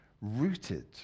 rooted